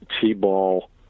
T-ball